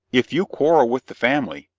if you quarrel with the family,